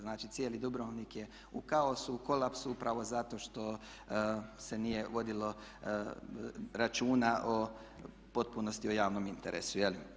Znači, cijeli Dubrovnik je u kaosu, kolapsu upravo zato što se nije vodilo računa o potpunosti o javnom interesu.